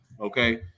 okay